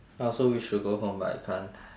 I also wish to go home but I can't